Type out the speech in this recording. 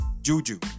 Juju